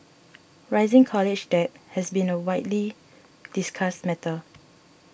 rising college debt has been a widely discussed matter